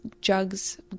jugs